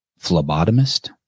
phlebotomist